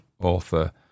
author